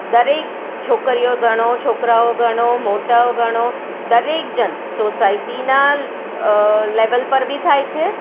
દરેક છોકરીઓ ગણો છોકરાઓ ગણો મોટાઓ ગણો દરેક જણ સોસાયટીનાં લેવલ પર બી થાય છે